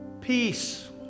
peace